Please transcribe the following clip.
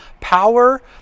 power